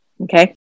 okay